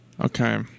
Okay